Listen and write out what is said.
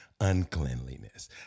Uncleanliness